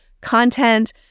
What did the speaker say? content